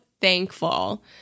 thankful